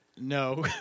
No